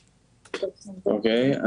אוקיי,